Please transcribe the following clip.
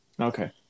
Okay